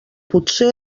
potser